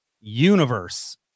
universe